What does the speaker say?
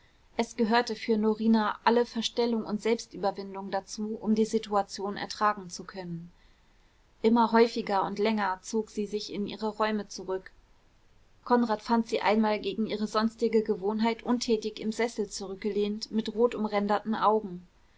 es gehörte für norina alle verstellung und selbstüberwindung dazu um die situation ertragen zu können immer häufiger und länger zog sie sich in ihre räume zurück konrad fand sie einmal gegen ihre sonstige gewohnheit untätig im sessel zurückgelehnt mit rot umränderten augen